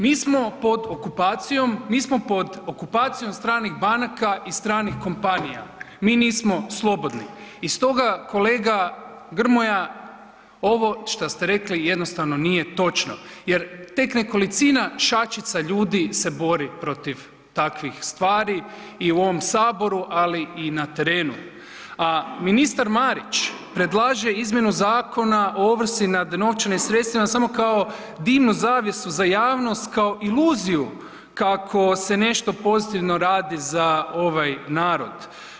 Mi smo pod okupacijom, mi smo pod okupacijom stranih banaka i stranih kompanija, mi nismo slobodni i stoga kolega Grmoja, ovo što ste rekli jednostavnije točno jer tek nekolicina, šačica ljudi se bori protiv takvih stvari i u ovom Saboru, ali i na terenu, a ministar Marić predlaže izmjenu Zakona o ovrsi nad novčanim sredstvima samo kao dimnu zavjesu za javnost, kao iluziju kako se nešto pozitivno radi za ovaj narod.